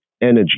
energy